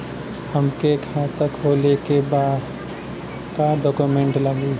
हमके खाता खोले के बा का डॉक्यूमेंट लगी?